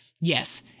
Yes